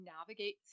navigate